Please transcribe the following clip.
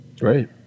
Right